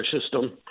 system